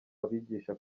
abigisha